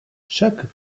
chaque